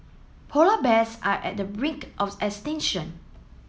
polar bears are at the brink of extinction